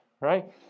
Right